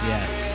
Yes